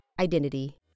Identity